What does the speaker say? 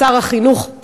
שר החינוך,